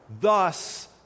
thus